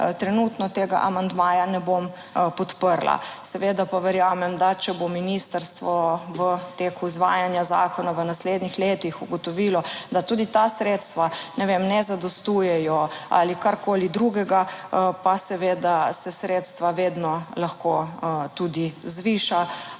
trenutno tega amandmaja ne bom podprla. Seveda pa verjamem, da če bo ministrstvo v teku izvajanja zakona v naslednjih letih ugotovilo, da tudi ta sredstva, ne vem, ne zadostujejo ali karkoli drugega, pa seveda se sredstva vedno lahko tudi zviša